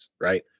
Right